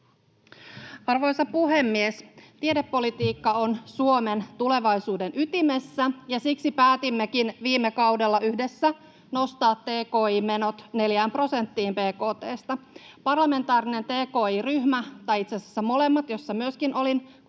Arvoisa puhemies! Tiedepolitiikka on Suomen tulevaisuuden ytimessä, ja siksi päätimmekin viime kaudella yhdessä nostaa tki-menot neljään prosenttiin bkt:sta. Parlamentaarinen tki-ryhmä, tai itse asiassa molemmat, joissa olin,